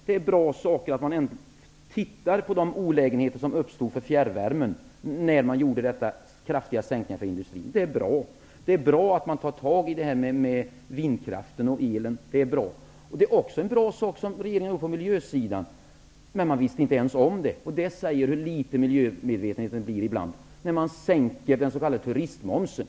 Det var bra att man såg på de olägenheter som uppstod för fjärrvärmen när man gjorde dessa kraftiga sänkningar för industrin. Det är också bra att man tar itu med vindkraftselen. Dessutom gjorde regeringen en bra sak för miljön -- men det visste man inte ens om, vilket säger en del om miljömedvetenheten -- när man sänkte turistmomsen.